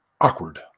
awkward